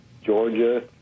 Georgia